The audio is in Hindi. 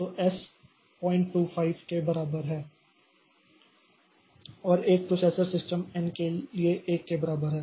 तो S 025 के बराबर है और एक प्रोसेसर सिस्टम N के लिए 1 के बराबर है